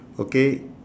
okay